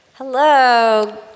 Hello